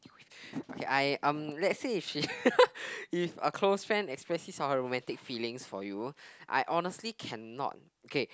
okay I um let's say if she if a close friend express his or her romantic feelings for you I honestly cannot K